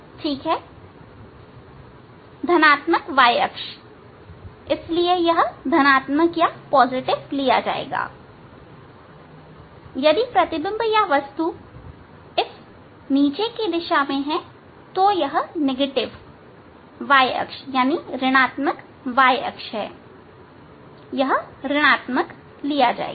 ठीक है1 धनात्मक y अक्ष इसलिए यह धनात्मक ली जाएगी यदि प्रतिबिंब या वस्तु इस नीचे की दिशा में है यह ऋणआत्मक y अक्ष है यह ऋणआत्मक ली जाएगी